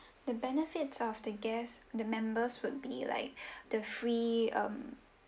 the benefits of the guest the members would be like the free um